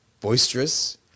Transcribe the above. boisterous